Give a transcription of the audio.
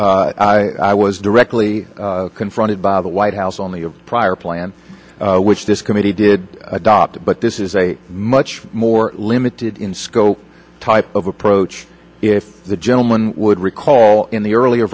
i was directly confronted by the white house on the prior plan which this committee did adopt but this is a much more limited in scope type of approach if the gentleman would recall in the earlier